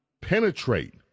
penetrate